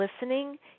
listening